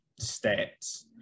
stats